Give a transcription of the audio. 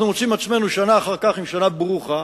אנחנו מוצאים עצמנו שנה אחר כך עם שנה ברוכה,